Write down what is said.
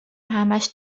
همش